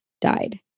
died